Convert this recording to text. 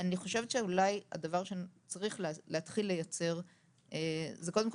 אני חושבת שאולי הדבר שצריך להתחיל לייצר זו קודם כל